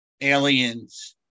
aliens